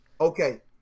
Okay